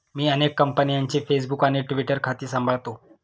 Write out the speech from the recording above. मी अनेक कंपन्यांची फेसबुक आणि ट्विटर खाती सांभाळतो